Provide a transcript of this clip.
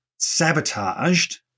Sabotaged